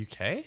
UK